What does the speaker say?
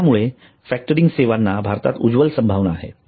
त्यामुळे फॅक्टरिंग सेवांना भारतात उज्ज्वल संभावना आहे